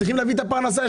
צריכים להביא את הפרנסה.